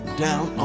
down